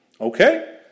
Okay